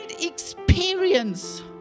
experience